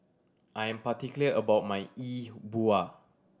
I am particular about my E Bua